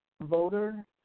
voter